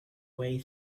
way